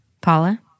Paula